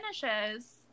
finishes